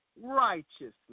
righteousness